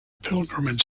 pilgrimage